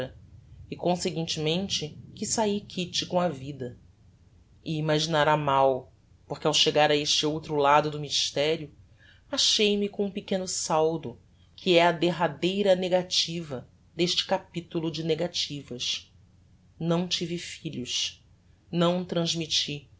e conseguintemente que sai quite com a vida e imaginará mal porque ao chegar a este outro lado do mysterio achei-me com um pequeno saldo que é a derradeira negativa deste capitulo de negativas não tive filhos não transmitti